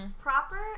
proper